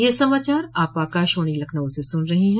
ब्रे क यह समाचार आप आकाशवाणी लखनऊ से सुन रहे हैं